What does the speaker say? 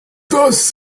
thus